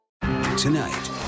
Tonight